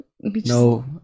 no